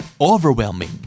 overwhelming